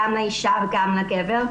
גם לאישה וגם לגבר.